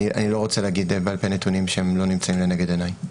אני לא רוצה להגיד בעל פה נתונים שהם לא נמצאים לנגד עיניי.